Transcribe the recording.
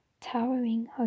towering